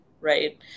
right